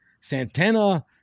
Santana